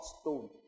stone